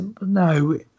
No